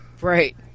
Right